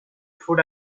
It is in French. faux